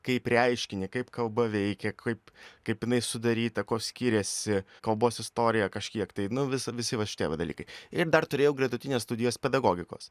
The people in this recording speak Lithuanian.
kaip reiškinį kaip kalba veikia kaip kaip jinai sudaryta kuo skiriasi kalbos istorija kažkiek tai nu vis visi tie va dalykai ir dar turėjau gretutines studijas pedagogikos